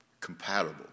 compatible